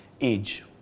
age